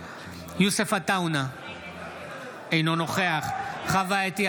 בהצבעה יוסף עטאונה, אינו נוכח חוה אתי